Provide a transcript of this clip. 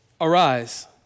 Arise